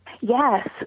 Yes